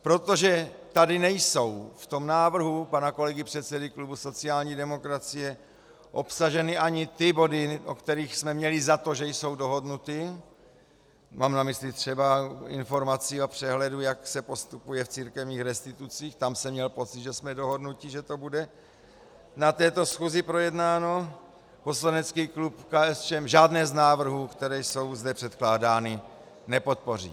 Protože tady nejsou v tom návrhu pana kolegy předsedy klubu sociální demokracie obsaženy ani ty body, o kterých jsme měli za to, že jsou dohodnuty, mám na mysli třeba informaci o přehledu, jak se postupuje v církevních restitucích, tam jsem měl pocit, že jsme dohodnuti, že to bude na této schůzi projednáno, poslanecký klub KSČM žádné z návrhů, které jsou zde předkládány, nepodpoří.